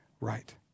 right